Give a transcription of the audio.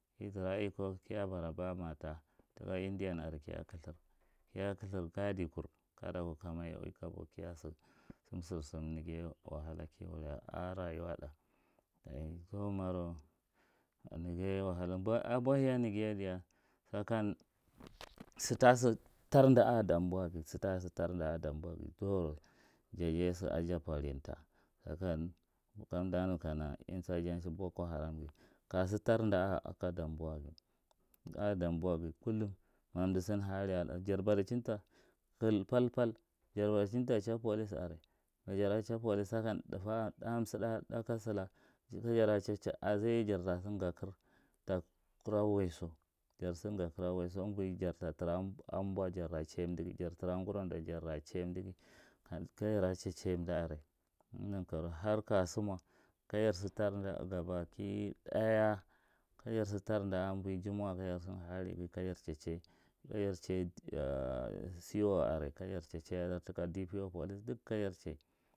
Athira akko, kiya bara bamata thika indian kiya khtura kiya khtra gadi kur kada ku kiya udi kobo kiya sukum sir suma neghiye wahala kiwuri aka rayuwa tha dachi zuwu marau neghiye wahala sitasa tarda a’a damboa ghi zirau jaghiye su ajabfa linta jakan si kanba nu kana insansi bokko haram ghi kagi tar da a danba ngleth a danboa ghi kullum me umdi sir hahri jar badichin ta kulfalfal gar budichin ta cha police are, majara cha police sakan thufa a suda thaka silaka azeye jarta sin gakir ta kira weiso amvoie jar ta thura ambo jarra chiye umdighi jar thirra ko gurada jar chayye umdi neghi ka jara chia chiye umda are ka nege nankoro har kasumo ka jar su tarda a umvoi jumma’a ka jar chaye â ka jar chaye c. O are ka jar chi chiye dark a ka dpo are ka jar chi chiya dar